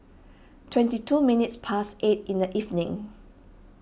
twenty two minutes past eight in the evening